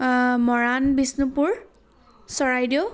Moran Bishnupur Charaideo